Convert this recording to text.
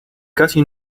casi